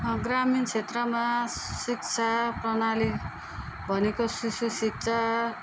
ग्रामीण क्षेत्रमा शिक्षा प्रणाली भनेको शिशु शिक्षा